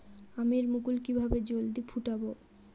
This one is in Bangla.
আমের মুকুল কিভাবে জলদি ফুটাব?